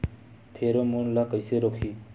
Pheromone ला कइसे रोकही?